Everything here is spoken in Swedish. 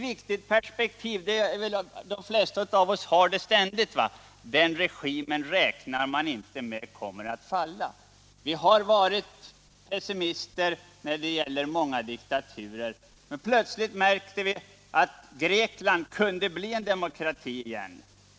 Vi har varit pessimister beträffande många diktaturer. Men plötsligt märkte vi att Grekland och Portugal kunde bli demokratier igen.